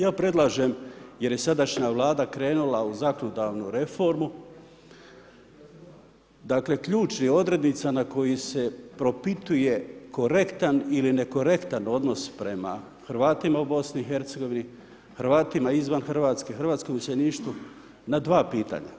Ja predlažem jer je sadašnja Vlada krenula u zakonodavnu reformu, dakle ključnih odrednica na koje se propituje korektan ili nekorektan odnos prema Hrvatima u BiH-a, Hrvatima izvan Hrvatske, hrvatskom iseljeništvu na dva pitanja.